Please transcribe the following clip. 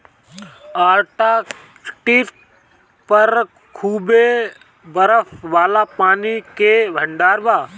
Antarctic पर खूबे बरफ वाला पानी के भंडार बा